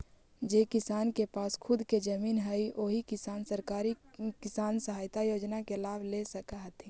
जे किसान के पास खुद के जमीन हइ ओही किसान सरकारी किसान सहायता योजना के लाभ ले सकऽ हथिन